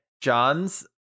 john's